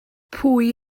pwy